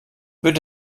wird